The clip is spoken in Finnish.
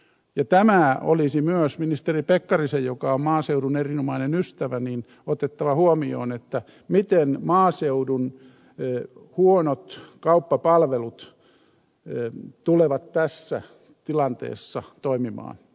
tämä olisi myös ministeri pekkarisen joka on maaseudun erinomainen ystävä otettava huomioon miten maaseudun huonot kauppapalvelut tulevat tässä tilanteessa toimimaan